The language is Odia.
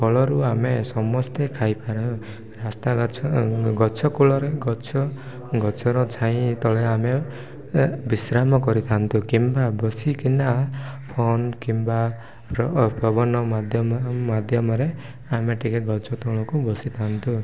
ଫଳରୁ ଆମେ ସମସ୍ତେ ଖାଇପାରୁ ରାସ୍ତା ଗଛ ଗଛ କୂଳରେ ଗଛ ଗଛର ଛାଇ ତଳେ ଆମେ ବିଶ୍ରାମ କରିଥାନ୍ତୁ କିମ୍ବା ବସିକିନା ଫୋନ୍ କିମ୍ବା ପ୍ର ପବନ ମାଧ୍ୟମ ମାଧ୍ୟମରେ ଆମେ ଟିକେ ଗଛ ତୁଳକୁ ବସିଥାନ୍ତୁ